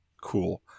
cool